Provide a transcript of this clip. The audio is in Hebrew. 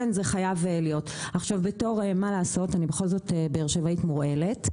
בתור באר-שבעית מורעלת,